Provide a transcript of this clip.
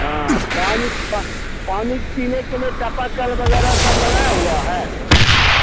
हाँ पानी पा पानी पीने के लिए चापाकल वगैरह सब लगाया हुआ है